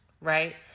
right